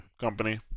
company